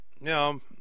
No